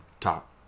top